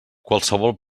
qualsevol